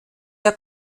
der